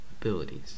abilities